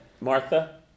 Martha